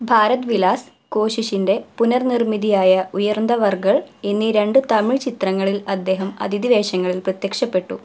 ഭാരത് വിലാസ് കോശിശിൻ്റെ പുനർനിർമ്മിതിയായ ഉയർന്തവർഗൾ എന്നീ രണ്ട് തമിഴ് ചിത്രങ്ങളിൽ അദ്ദേഹം അതിഥിവേഷങ്ങളിൽ പ്രത്യക്ഷപ്പെട്ടു